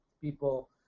people